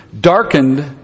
darkened